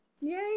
yay